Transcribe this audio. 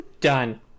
Done